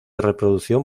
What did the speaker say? reproducción